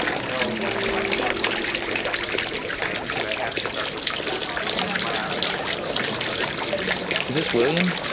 know what the right hardware is for each application, right, and so that has to start with testing. and so in labs is where all of that begins. is this william?